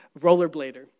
rollerblader